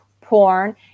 porn